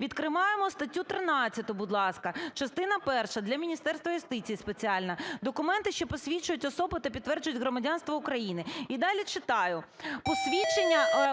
Відкриваємо статтю 13, будь ласка. Частина перша (для Міністерства юстиції спеціально): "Документи, що посвічують особу та підтверджують громадянство України". І далі читаю: